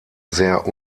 sehr